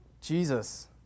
jesus